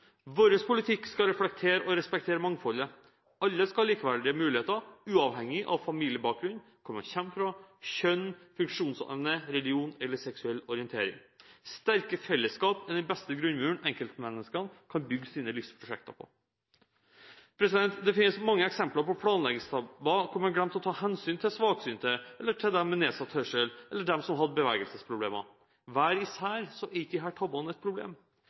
Vår politikk skal reflektere og respektere mangfoldet. Alle skal ha likeverdige muligheter uavhengig av familiebakgrunn, hvor man kommer fra, kjønn, funksjonsevne, religion eller seksuell orientering. Sterke fellesskap er den beste grunnmuren enkeltmenneskene kan bygge sine livsprosjekter på. Det finnes mange eksempler på planleggingstabber hvor man glemte å ta hensyn til svaksynte, til dem med nedsatt hørsel eller med bevegelsesproblemer. Hver især er ikke disse tabbene et problem.